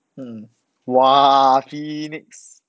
mm !wah! phoenix